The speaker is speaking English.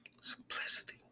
Simplicity